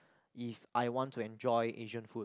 if I want to enjoy Asian food